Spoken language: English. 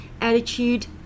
attitude